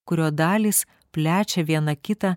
kurio dalys plečia viena kitą